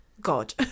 God